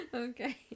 Okay